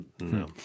No